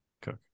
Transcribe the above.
Cook